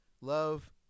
Love